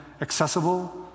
accessible